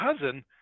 cousin